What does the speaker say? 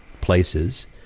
places